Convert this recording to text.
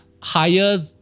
higher